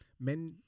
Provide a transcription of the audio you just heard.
Men